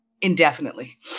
Indefinitely